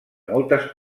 moltes